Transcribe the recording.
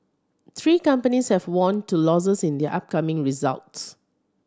three companies have warned to losses in the upcoming results